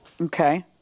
Okay